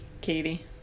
Katie